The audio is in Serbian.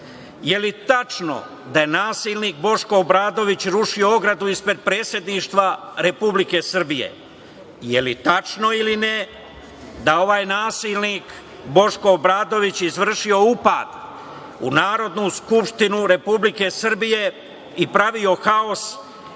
li je tačno da je nasilnik Boško Obradović rušio ogradu ispred predsedništva Republike Srbije? Da li je tačno ili ne da je ovaj nasilnik izvršio upad u Narodnu skupštinu Republike Srbije i pravio haos